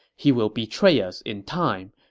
he will betray us in time.